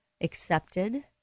accepted